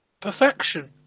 perfection